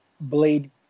Blade